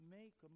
make